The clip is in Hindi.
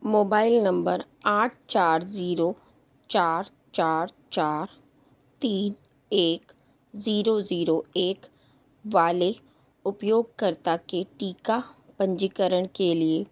मोबाइल नंबर आठ चार जीरो चार चार चार तीन एक जीरो जीरो एक वाले उपयोगकर्ता के टीका पंजीकरण के लिए